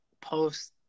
post